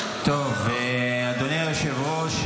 אדוני היושב-ראש,